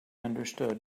understood